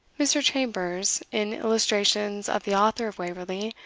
mr. chambers, in illustrations of the author of waverley,